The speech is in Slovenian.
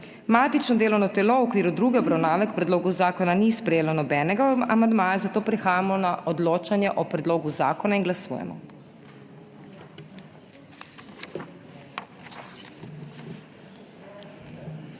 Matično delovno telo v okviru druge obravnave k predlogu zakona ni sprejelo nobenega amandmaja, zato prehajamo na odločanje o predlogu zakona. Glasujemo.